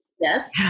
Yes